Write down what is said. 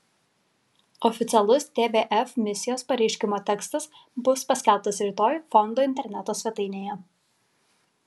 oficialus tvf misijos pareiškimo tekstas bus paskelbtas rytoj fondo interneto svetainėje